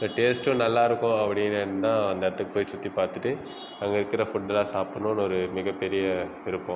இப்போ டேஸ்ட்டும் நல்லா இருக்கும் அப்படின்னுந்தான் அந்த இடத்துக்கு போய் சுற்றி பார்த்துட்டு அங்கே விற்குற ஃபுட் எல்லாம் சாப்பிடுனுன்னு ஒரு மிக பெரிய விருப்பம்